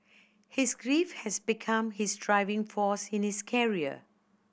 his grief has become his driving force in his career